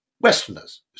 Westerners